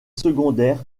secondaire